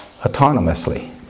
autonomously